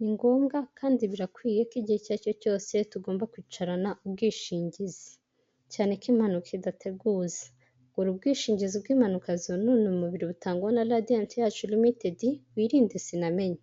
Ni ngombwa kandi birakwiye ko igihe icyo ari cyo cyose tugomba kwicarana ubwishingizi cyane ko impanuka idateguza, gura ubwishingizi bw'impanuka zonona umubiri butangwa na Radiyanti yacu limitedi wirinde sinamenye,